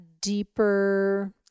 deeper